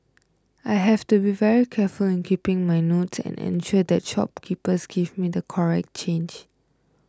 I have to be very careful in keeping my notes and ensure that shopkeepers give me the correct change